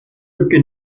mücke